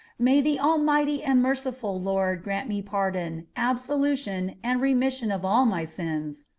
may the almighty and merciful lord grant me pardon, absolution, and remission of all my sins.